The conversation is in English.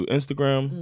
Instagram